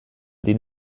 den